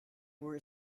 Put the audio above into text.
were